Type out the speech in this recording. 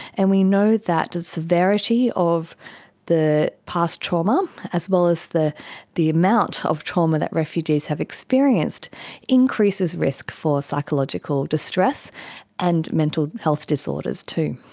and we know that the severity of the past trauma as well as the the amount of trauma that refugees have experienced increases risk for psychological distress and mental health disorders too.